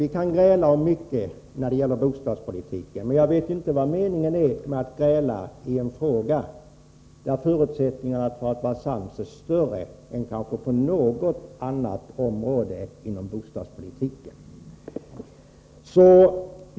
Vi kan gräla om mycket när det gäller bostadspolitiken, men jag förstår inte meningen med att gräla i en fråga där förutsättningarna för att vara sams är större än på kanske något annat område inom bostadspolitiken.